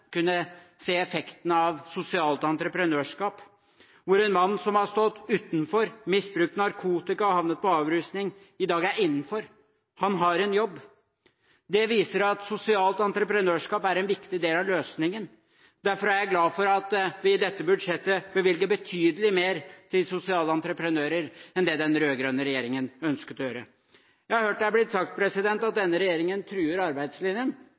kunne se effekten av sosialt entreprenørskap, hvor en mann som har stått utenfor, misbrukt narkotika og havnet på avrusning, i dag er innenfor. Han har en jobb. Det viser at sosialt entreprenørskap er en viktig del av løsningen. Derfor er jeg glad for at vi i dette budsjettet bevilger betydelig mer til sosiale entreprenører enn det den rød-grønne regjeringen ønsket å gjøre. Jeg har hørt det er blitt sagt at denne regjeringen truer arbeidslinjen.